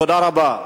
תודה רבה.